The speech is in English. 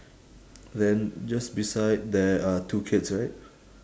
then just beside there are two kids right